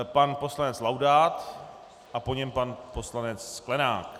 Pan poslanec Laudát a po něm pan poslanec Sklenák.